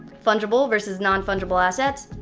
fungible versus non-fungible assets,